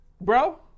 bro